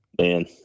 man